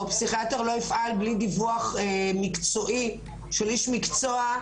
הפסיכיאטר לא יפעל בלי דיווח מקצועי של איש מקצוע,